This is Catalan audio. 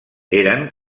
eren